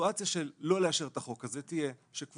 סיטואציה של לא לאשר את החוק הזה תהיה שקבוצה